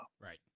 Right